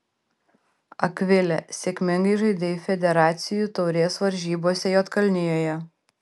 akvile sėkmingai žaidei federacijų taurės varžybose juodkalnijoje